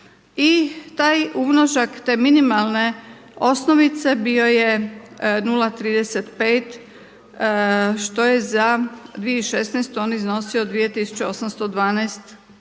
I taj umnožak, te minimalne osnovice bio je 0,35 što je za 2016. on iznosio 2812